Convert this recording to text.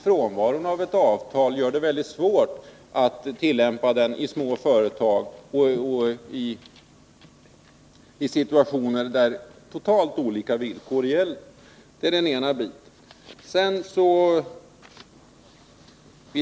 Frånvaron av ett avtal gör det ju svårt att tillämpa lagen i små företag och i situationer där helt olika villkor gäller.